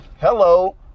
hello